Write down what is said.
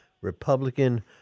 Republican